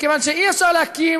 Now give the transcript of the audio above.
מכיוון שאי-אפשר להקים,